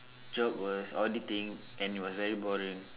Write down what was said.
job was auditing and it was very boring